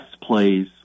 plays